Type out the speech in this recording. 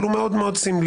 אבל הוא מאוד מאוד סמלי.